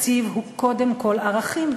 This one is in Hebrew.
תקציב הוא קודם כול ערכים.